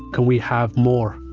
can we have more?